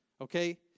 Okay